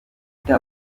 otema